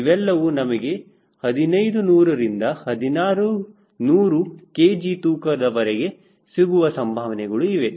ಇವೆಲ್ಲವೂ ನಮಗೆ 1500 ರಿಂದ 1600 kg ತೂಕದವರಿಗೆ ಸಿಗುವ ಸಂಭಾವನೆಗಳು ಇವೆ